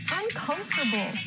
uncomfortable